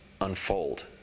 unfold